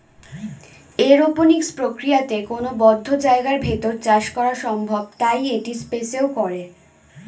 aeroponics প্রক্রিয়াতে কোনো বদ্ধ জায়গার ভেতর চাষ করা সম্ভব তাই এটি স্পেসেও করে